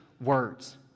words